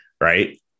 right